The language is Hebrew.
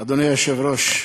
היושב-ראש,